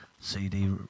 CD